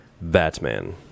Batman